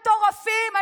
מטורפים,